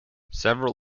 several